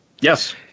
Yes